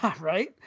right